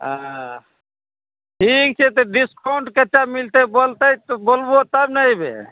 हँ ठीक छै तऽ डिस्काउन्ट केत्तए मिलतै बोलतै तऽ बोलबो तब ने अयबै